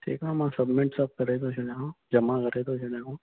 ठीक आहे मां सब्मिट सभु करे थो छॾियांव जमा करे थो छॾियांव